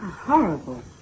Horrible